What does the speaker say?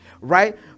Right